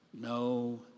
no